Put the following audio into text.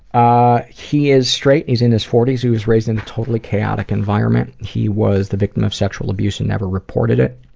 ah he is straight, he's in his forties, he was raised in a totally chaotic environment. he was the victim of sexual abuse and never reported it.